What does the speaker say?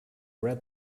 read